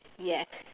yes